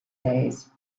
days